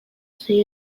sei